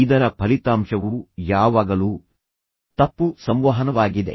ಇದರ ಫಲಿತಾಂಶವು ಯಾವಾಗಲೂ ತಪ್ಪು ಸಂವಹನವಾಗಿದೆ